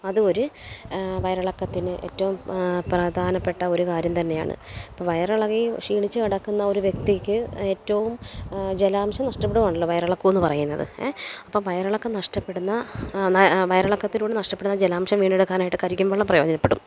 അത് ഒരു വയറിളക്കത്തിന് ഏറ്റവും പ്രധാനപ്പെട്ട ഒരു കാര്യം തന്നെയാണ് ഇപ്പോൾ വയറിളകി ക്ഷീണിച്ച് കിടക്കുന്ന ഒരു വ്യക്തിക്ക് ഏറ്റവും ജലാംശം നഷ്ടപ്പെടുവാണല്ലോ വയറിളക്കം എന്ന് പറയുന്നത് ഏ അപ്പോൾ വയറിളക്കം നഷ്ടപ്പെടുന്ന വയറിളക്കത്തിലൂടെ നഷ്ടപ്പെടുന്ന ജലാംശം വീണ്ടെടുക്കാനായിട്ട് കരിക്കിൻ വെള്ളം പ്രയോജനപ്പെടും